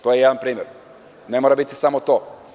To je jedan primer, ne mora biti samo to.